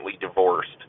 divorced